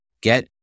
get